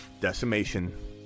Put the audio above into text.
decimation